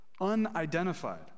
unidentified